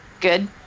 Good